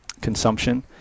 consumption